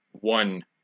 one